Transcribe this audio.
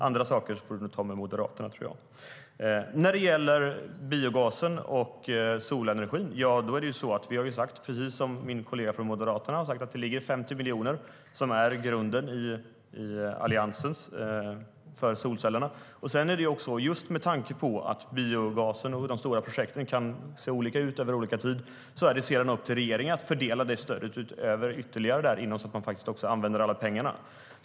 Andra saker får du ta med Moderaterna, tror jag. När det gäller biogasen och solenergin ligger det 50 miljoner som är grunden för solcellerna hos Alliansen, som min kollega från Moderaterna nämnde. Med tanke på att de stora projekten för biogas kan se olika ut vid olika tidpunkter är det sedan upp till regeringen att fördela stödet ytterligare, så att man använder alla pengarna.